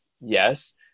Yes